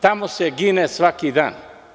Tamo se gine svaki dan.